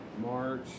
March